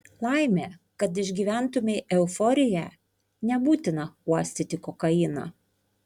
laimė kad išgyventumei euforiją nebūtina uostyti kokainą